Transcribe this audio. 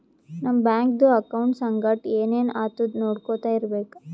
ನಮ್ ಬ್ಯಾಂಕ್ದು ಅಕೌಂಟ್ ಸಂಗಟ್ ಏನ್ ಏನ್ ಆತುದ್ ನೊಡ್ಕೊತಾ ಇರ್ಬೇಕ